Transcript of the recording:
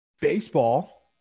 Baseball